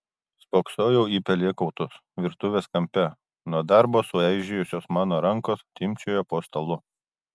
spoksojau į pelėkautus virtuves kampe nuo darbo sueižėjusios mano rankos timpčiojo po stalu